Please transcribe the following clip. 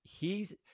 hes